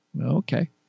Okay